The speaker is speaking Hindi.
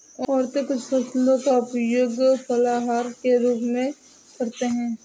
औरतें कुछ फसलों का उपयोग फलाहार के रूप में करते हैं